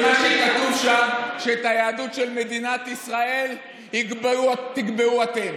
שמה שכתוב שם זה שאת היהדות של ישראל תקבעו אתם.